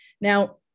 Now